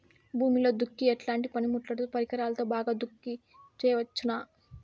భూమిలో దుక్కి ఎట్లాంటి పనిముట్లుతో, పరికరాలతో బాగా దుక్కి చేయవచ్చున?